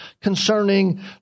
concerning